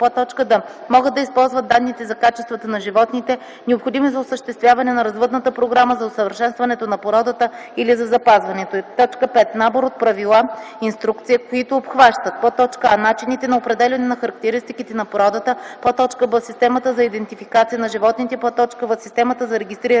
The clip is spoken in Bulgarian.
д) могат да използват данните за качествата на животните, необходими за осъществяване на развъдната програма, за усъвършенстването на породата или за запазването й; 5. набор от правила (инструкция), които обхващат: а) начините на определяне на характеристиките на породата; б) системата за идентификация на животните; в) системата за регистриране